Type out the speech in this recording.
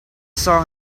saw